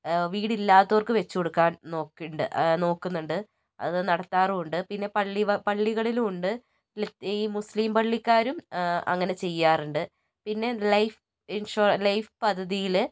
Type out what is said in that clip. വീടില്ലാത്തവർക്ക് വെച്ച് കൊടുക്കാൻ നോക്കുന്നുണ്ട് നോക്കുന്നുണ്ട് അത് നടത്താറുമുണ്ട് പിന്നേ പള്ളി പള്ളികളിലുമുണ്ട് ഈ മുസ്ലിം പള്ളിക്കാരും അങ്ങനേ ചെയ്യാറുണ്ട് പിന്നെ ലൈഫ് ഇൻഷു ലൈഫ് പദ്ധതിയിൽ